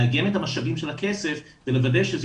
לאגם את המשאבים של הכסף ולוודא שזה